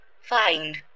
find